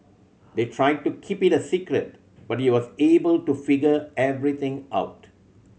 they tried to keep it a secret but he was able to figure everything out